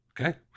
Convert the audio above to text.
okay